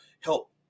help